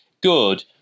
good